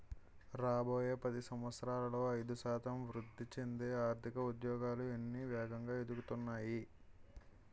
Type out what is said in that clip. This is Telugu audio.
రాబోయే పది సంవత్సరాలలో ఐదు శాతం వృద్ధి చెందే ఆర్థిక ఉద్యోగాలు అన్నీ వేగంగా ఎదుగుతున్నాయి